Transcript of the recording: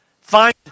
find